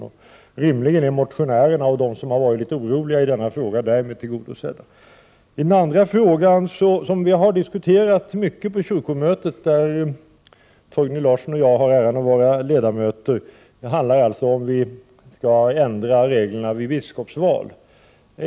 Rimligen har man då också tillmötesgått motionärerna och dem som varit oroliga i denna fråga. Den andra frågan har vi diskuterat mycket i kyrkomötet, där Torgny Larsson och jag har äran att vara ledamöter. Det handlar alltså om huruvida vi skall ändra reglerna vid biskopsval.